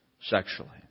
sexually